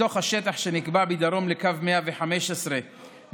מתוך השטח שנקבע מדרום לקו 115 נכללות